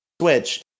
Switch